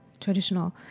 traditional